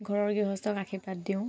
ঘৰৰ গৃহস্থক আশীৰ্বাদ দিওঁ